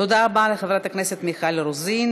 תודה רבה לחברת הכנסת מיכל רוזין.